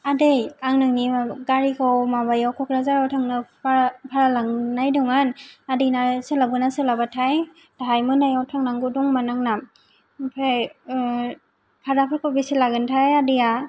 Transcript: आदै आं नोंनि माबा गारिखौ माबायाव कक्राझाराव थांनो भारा लांनायदोमोन आदैना सोलाबगोन ना सोलाबा थाय दाहाय मोनायाव थांनांगौ दंमोन आंना आमफ्राय भाराफोरखौ बेसे लागोनथाय आदैया